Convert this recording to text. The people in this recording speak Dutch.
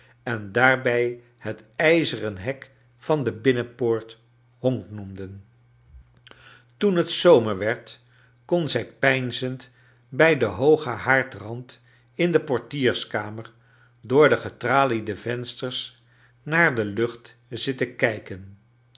en daarbij het ijzeren hek van de binnenpoorfc honk noemden toen het zomer werd kon zij peinzend bij den hoogen haardrand in de portierskamer door de getraliedc vensters naar de lucht zitten kijken